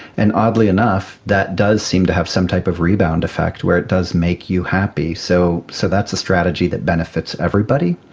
and oddly enough that does seem to have some type of rebound effect where it does make you happy. so so that's a strategy that benefits everybody.